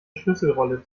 schlüsselrolle